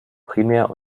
primär